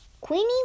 Queenie